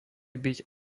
byť